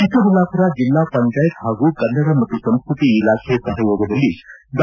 ಚಿಕ್ಕಬಳ್ಳಾಮರ ಜಿಲ್ಲಾಪಂಚಾಯತ್ ಪಾಗೂ ಕನ್ನಡ ಮತ್ತು ಸಂಸ್ಕೃತಿ ಇಲಾಖೆ ಸಹಯೋಗದಲ್ಲಿ ಡಾ